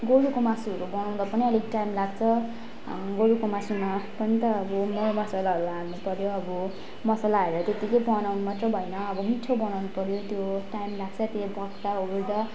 गोरुको मासुहरू बनाउँदा पनि अलिक टाइम लाग्छ गोरुको मासुमा पनि त अब मरमसालाहरू हाल्नु पऱ्यो अब मसाला हालेर त्यतिकै बनाउनु मात्र भएन अब मिठ्ठो बनाउनु पऱ्यो त्यो टाइम लाग्छ त्यो पाक्दा ओर्दा